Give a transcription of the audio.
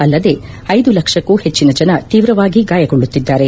ಅಲ್ಲದೆ ಐದು ಲಕ್ಷಕ್ಕೂ ಹೆಚ್ಚಿನ ಜನ ತೀವ್ರವಾಗಿ ಗಾಯಗೊಳ್ಳುತ್ತಿದ್ದಾರೆ